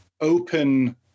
open